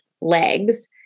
legs